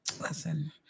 Listen